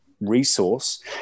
resource